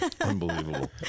Unbelievable